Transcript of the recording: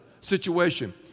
situation